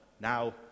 now